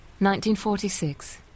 1946